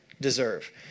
deserve